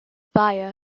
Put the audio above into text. via